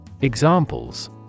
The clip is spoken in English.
Examples